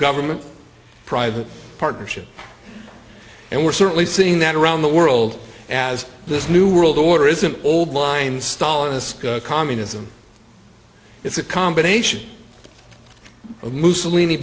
government private partnership and we're certainly seeing that around the world as this new world order is an old line stalinist communism it's a combination of mussolini